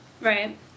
Right